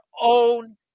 own